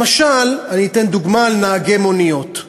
למשל, אני אתן דוגמה של נהגי מוניות.